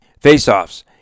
Faceoffs